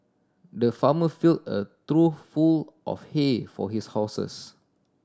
the farmer fill a trough full of hay for his horses